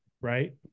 right